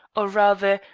or, rather,